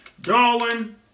Darwin